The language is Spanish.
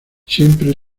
siempre